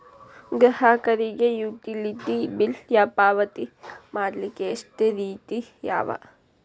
ಗ್ರಾಹಕರಿಗೆ utility bill ಪಾವತಿ ಮಾಡ್ಲಿಕ್ಕೆ ಎಷ್ಟ ರೇತಿ ಅವ?